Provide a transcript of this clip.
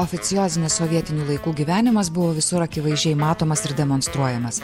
oficiozinis sovietinių laikų gyvenimas buvo visur akivaizdžiai matomas ir demonstruojamas